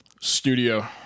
studio